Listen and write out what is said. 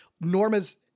norma's